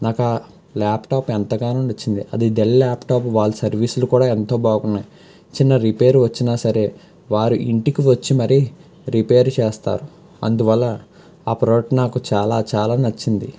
నాకు ఆ ల్యాప్టాప్ ఎంతగానో నచ్చింది అది డెల్ ల్యాప్టాప్ వాళ్ళ సర్వీసులు కూడా ఎంతో బాగున్నాయి చిన్న రిపేర్ వచ్చిన సరే వాళ్ళు ఇంటికి వచ్చి మరీ రిపేర్ చేస్తారు అందువల్ల ఆ ప్రోడక్ట్ నాకు చాలా చాలా నచ్చింది